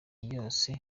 yose